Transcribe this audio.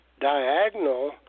diagonal